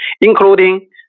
including